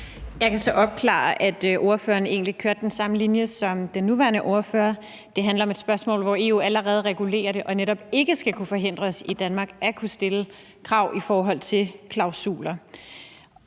Jeg kan så opklare, at ordføreren egentlig kørte den samme linje som den nuværende ordfører. Det handlede om et område, som EU allerede regulerer, og hvor man netop ikke skal kunne forhindre os i Danmark i at stille krav i forhold til klausuler,